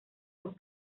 sus